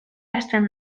hasten